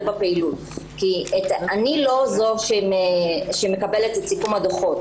בפעילות אני לא זו שמקבלת את סיכום הדוחות,